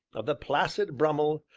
of the placid brummel,